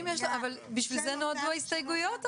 אבל בשביל זה נועדו ההסתייגויות,